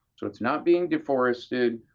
so it's not being deforested.